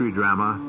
drama